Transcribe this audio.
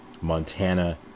Montana